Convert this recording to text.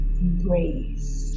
embrace